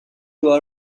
doit